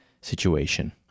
situation